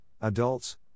adults